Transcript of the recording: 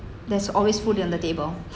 there's always food on the table